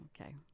okay